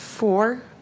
Four